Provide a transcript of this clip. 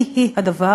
היא-היא הדבר